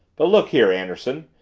but look here, anderson,